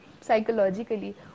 psychologically